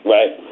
Right